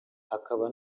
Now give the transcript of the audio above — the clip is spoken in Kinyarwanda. hakaba